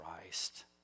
Christ